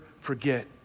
forget